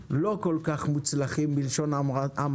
המספרים, לא כל כך מוצלחים, בלשון המעטה.